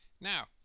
Now